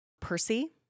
Percy